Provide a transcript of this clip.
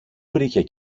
βρήκε